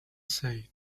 said